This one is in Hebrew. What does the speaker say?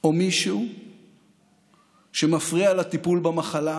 או מישהו שמפריע לטיפול במחלה,